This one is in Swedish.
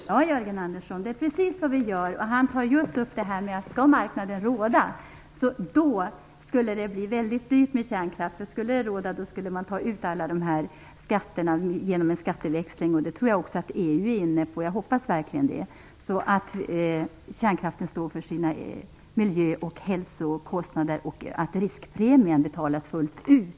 Herr talman! Ja, Jörgen Andersson, det är precis vad vi gör. Vår ledamot har precis påpekat att det skulle bli väldigt dyrt med kärnkraft om marknaden fick råda. Skulle marknaden råda skulle man ta ut alla de här skatterna genom en skatteväxling. Det tror jag också att EU är inne på. Jag hoppas verkligen det. Kärnkraften skulle på så sätt stå för sina miljö och hälsokostnader, och riskpremien skulle betalas fullt ut.